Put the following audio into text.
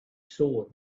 saw